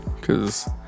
Cause